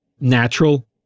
natural